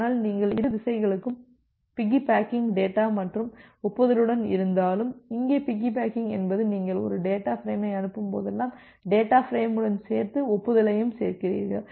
ஆனால் நீங்கள் இரு திசைகளுக்கும் பிக்கிபேக்கிங் டேட்டா மற்றும் ஒப்புதலுடன் இருந்தாலும் இங்கே பிக்கிபேக்கிங் என்பது நீங்கள் ஒரு டேட்டா ஃபிரேமை அனுப்பும் போதெல்லாம் டேட்டா ஃபிரேமுடன் சேர்த்து ஒப்புதலையும் சேர்க்கிறீர்கள்